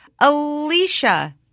Alicia